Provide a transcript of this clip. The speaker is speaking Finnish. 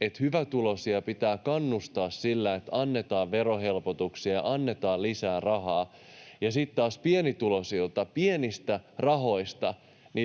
että hyvätuloisia pitää kannustaa sillä, että annetaan verohelpotuksia ja annetaan lisää rahaa, ja sitten taas pienituloisilta pienistä rahoista